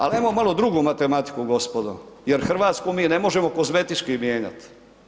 Ali ajmo malo drugu matematiku gospodo jer Hrvatsku mi ne možemo kozmetički mijenjati.